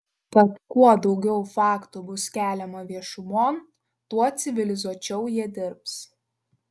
tad kuo daugiau faktų bus keliama viešumon tuo civilizuočiau jie dirbs